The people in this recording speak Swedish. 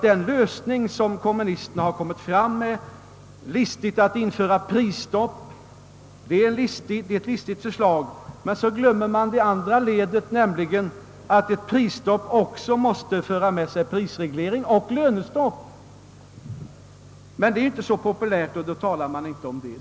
Den lösning som kommunisterna har föreslagit — att införa prisstopp — är listig, men man glömmer det andra ledet, nämligen att ett prisstopp också måste föra med sig prisreglering och lönestopp. Det är emellertid inte så populärt, så det talar man inte om.